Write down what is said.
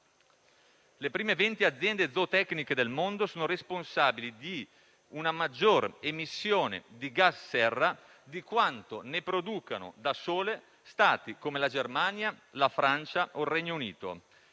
Le prime venti aziende zootecniche del mondo sono responsabili di una maggiore emissione di gas serra di quanto ne producano da sole Stati come la Germania, la Francia o il Regno Unito.